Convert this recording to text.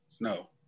No